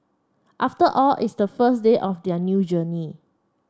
after all it's the first day of their new journey